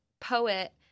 poet